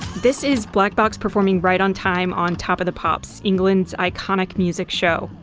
this is black box performing ride on time on top of the pops, england's iconic music show.